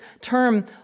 term